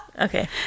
Okay